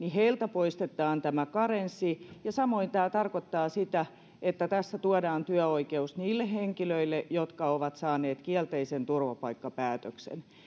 poistetaan tämä karenssi ja samoin tämä tarkoittaa sitä että tässä tuodaan työoikeus niille henkilöille jotka ovat saaneet kielteisen turvapaikkapäätöksen